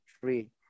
three